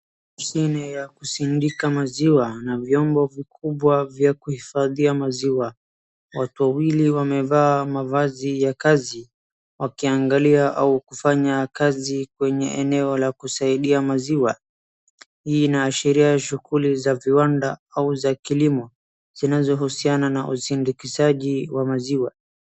Mashini ya kusindika maziwa na vyombo vikubwa vya kuhifadhia maziwa. Watu wawili wamevaa mavazi ya kazi wakiangalia au kufanya kazi kwenye eneo la kusaidia maziwa. Hii inaashiria shughuli za kiwanda au kilimo zinazohusiana na usindikizaji wa maziwa.